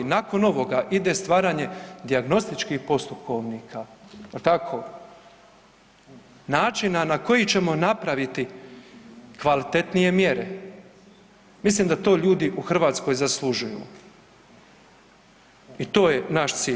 Nakon ovoga ide stvaranje dijagnostičkih postupkovnika, jel tako, načina na koji ćemo napraviti kvalitetnije mjere, mislim da to ljudi u Hrvatskoj zaslužuju i to je naš cilj.